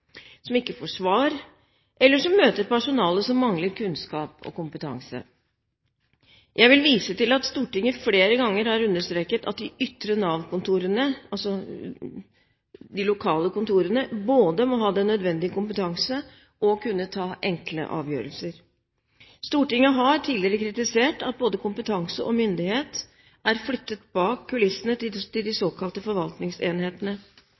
som ikke får svar, eller som møter personale som mangler kunnskap og kompetanse. Jeg vil vise til at Stortinget flere ganger har understreket at de ytre Nav-kontorene, altså de lokale kontorene, både må ha den nødvendige kompetanse og kunne ta enkle avgjørelser. Stortinget har tidligere kritisert at både kompetanse og myndighet er flyttet bak kulissene til de